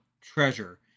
treasure